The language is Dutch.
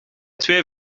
twee